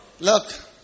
Look